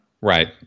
right